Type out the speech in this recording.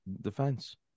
defense